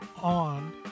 on